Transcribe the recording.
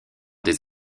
des